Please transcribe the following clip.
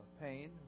pain